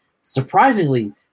Surprisingly